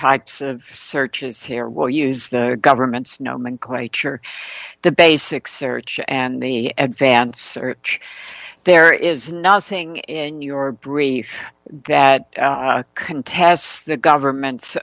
types of searches here will use the government's nomenclature the basic search and the advantage search there is nothing in your brief that contests the government's